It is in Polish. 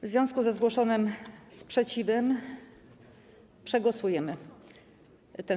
W związku ze zgłoszonym sprzeciwem przegłosujemy to.